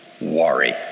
Worry